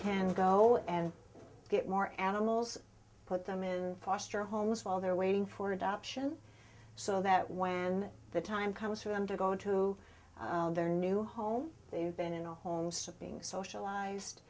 can go and get more animals put them in foster homes while they're waiting for adoption so that when the time comes for them to go into their new home they've been in a home still being socialized